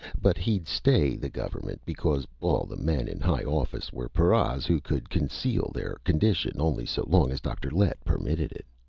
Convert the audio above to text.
but he'd stay the government because all the men in high office were paras who could conceal their condition only so long as dr. lett permitted it.